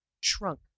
shrunk